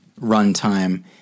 runtime